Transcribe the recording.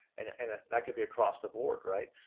and and that could be across the board, right?